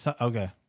Okay